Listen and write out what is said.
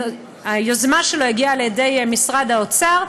היוזמה שלו הגיעה לידי משרד האוצר,